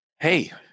Hey